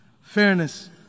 Fairness